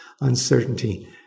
uncertainty